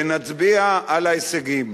ונצביע על ההישגים.